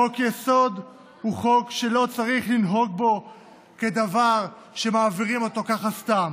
חוק-יסוד הוא חוק שלא צריך לנהוג בו כדבר שמעבירים אותו ככה סתם.